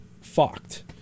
fucked